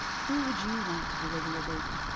who would you want to deliver your baby?